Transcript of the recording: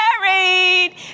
married